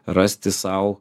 rasti sau